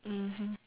mmhmm